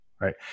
Right